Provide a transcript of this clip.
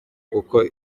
kuko